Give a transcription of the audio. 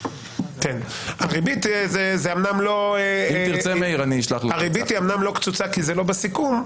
הריבית אומנם לא קצוצה כי זה לא בסיכום,